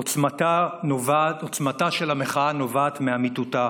עוצמתה של המחאה נובעת מאמיתותה.